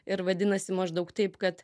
ir vadinasi maždaug taip kad